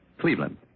Cleveland